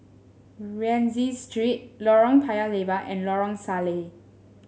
Rienzi Street Lorong Paya Lebar and Lorong Salleh